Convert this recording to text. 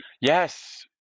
Yes